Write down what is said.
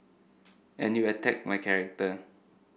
and you attack my character